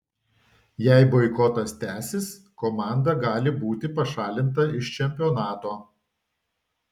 jei boikotas tęsis komanda gali būti pašalinta iš čempionato